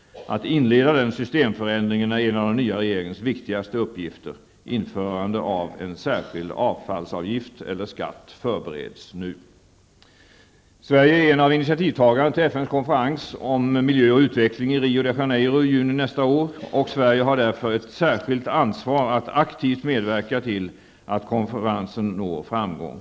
Att inleda den systemförändringen är en av den nya regeringens viktigaste uppgifter. Införande av en särskild avfallsavgift/skatt förbereds nu. Sverige är en av initiativtagarna till FNs konferens om miljö och utveckling i Rio de Janeiro i juni nästa år -- och Sverige har därför ett särskilt ansvar att aktivt medverka till att konferensen når framgång.